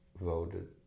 voted